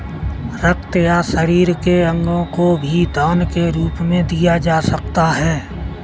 रक्त या शरीर के अंगों को भी दान के रूप में दिया जा सकता है